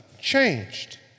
changed